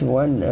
one